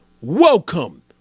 Welcome